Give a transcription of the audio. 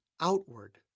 outward